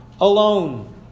alone